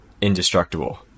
indestructible